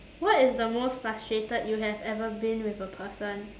what is the most frustrated you have ever been with a person